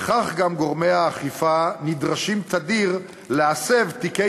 וכך גם גורמי האכיפה נדרשים תדיר להסב תיקי